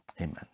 amen